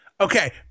Okay